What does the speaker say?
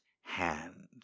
hand